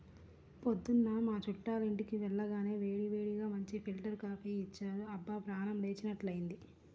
పొద్దున్న మా చుట్టాలింటికి వెళ్లగానే వేడివేడిగా మంచి ఫిల్టర్ కాపీ ఇచ్చారు, అబ్బా ప్రాణం లేచినట్లైంది